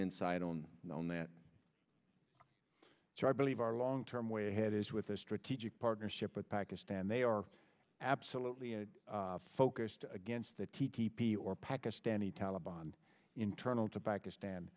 insight on on that so i believe our long term way ahead is with a strategic partnership with pakistan they are absolutely focused against the t t p or pakistani taleban internal to pakistan